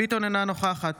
אינה נוכחת